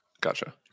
gotcha